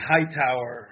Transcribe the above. Hightower